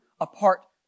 apart